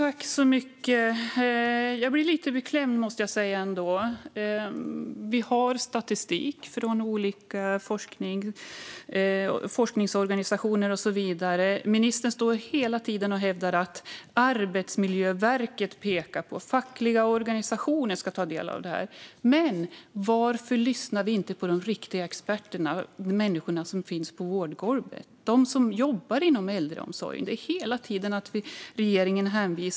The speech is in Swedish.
Fru talman! Jag måste säga att jag blir lite beklämd. Vi har statistik från olika forskningsorganisationer och så vidare. Ministern står hela tiden och hävdar att Arbetsmiljöverket pekar på detta och att fackliga organisationer ska ta del av det. Men varför lyssnar vi inte på de riktiga experterna - människorna som finns på vårdgolvet? Det är de som jobbar inom äldreomsorgen. Regeringen hänvisar hela tiden till de andra.